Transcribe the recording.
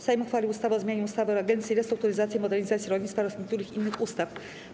Sejm uchwalił ustawę o zmianie ustawy o Agencji Restrukturyzacji i Modernizacji Rolnictwa oraz niektórych innych ustaw.